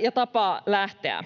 ja tapaa lähteä.